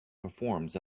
performs